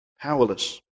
powerless